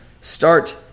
start